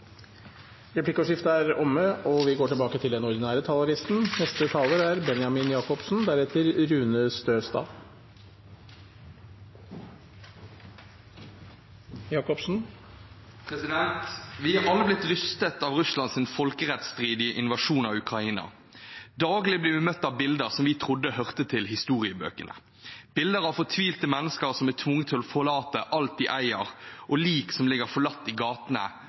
Vi har alle blitt rystet av Russlands folkerettsstridige invasjon av Ukraina. Daglig blir vi møtt av bilder som vi trodde hørte til historiebøkene. Bilder av fortvilte mennesker som er tvunget til å forlate alt de eier, og lik som ligger forlatt i gatene,